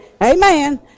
Amen